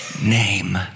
name